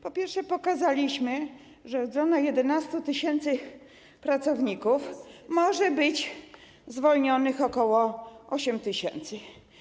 Po pierwsze, pokazaliśmy, że na 11 tys. pracowników może być zwolnionych ok. 8 tys.